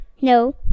no